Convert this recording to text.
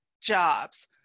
jobs